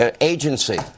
agency